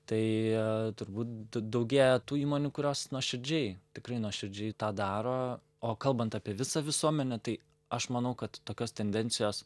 tai turbūt d daugėja tų įmonių kurios nuoširdžiai tikrai nuoširdžiai tą daro o kalbant apie visą visuomenę tai aš manau kad tokios tendencijos